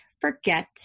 forget